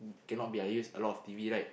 cannot be I use a lot of T_V right